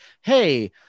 hey